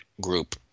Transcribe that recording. group